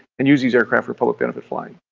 and use these aircraft for public benefit flying.